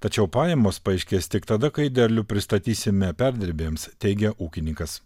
tačiau pajamos paaiškės tik tada kai derlių pristatysime perdirbėjams teigė ūkininkas